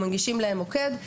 אנחנו מנגישים להם מוקד.